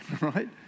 right